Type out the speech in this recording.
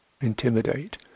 intimidate